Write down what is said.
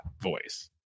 voice